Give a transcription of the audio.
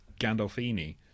Gandolfini